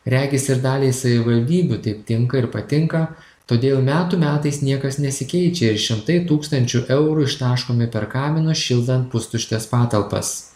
regis ir daliai savivaldybių taip tinka ir patinka todėl metų metais niekas nesikeičia ir šimtai tūkstančių eurų ištaškomi per kaminus šildant pustuštes patalpas